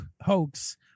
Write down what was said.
Hoax